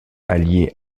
alliées